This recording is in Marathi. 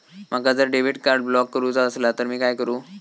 माका जर डेबिट कार्ड ब्लॉक करूचा असला तर मी काय करू?